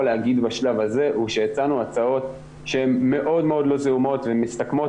להגיד בשלב הזה הוא שהצענו הצעות שהן מאוד לא זעומות ומסתכמות